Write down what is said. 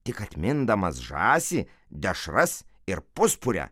tik atmindamas žąsį dešras ir puspūrę